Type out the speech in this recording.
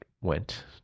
went